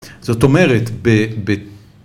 זאת אומרת ב...